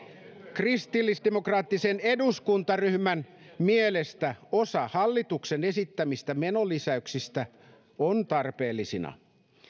kristillisdemokraattisen eduskuntaryhmän mielestä osa hallituksen esittämistä menolisäyksistä on tarpeellisia